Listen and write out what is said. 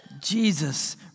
Jesus